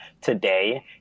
today